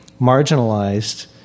marginalized